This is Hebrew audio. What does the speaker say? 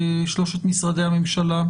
שלושת משרדי הממשלה,